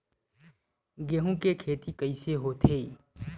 गेहूं के खेती कइसे होथे?